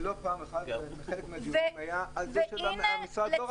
ולא פעם אחת חלק מהדיונים היה על זה שהמשרד לא רצה.